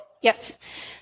Yes